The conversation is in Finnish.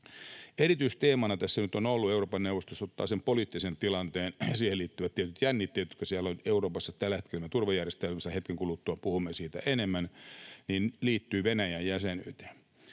Erityisteemana tässä nyt on ollut Euroopan neuvostossa poliittinen tilanne ja siihen liittyvät tietyt jännitteet, joita Euroopassa tällä hetkellä on, meidän turvajärjestelmissä — hetken kuluttua puhumme siitä enemmän — ja jotka liittyvät Venäjän jäsenyyteen.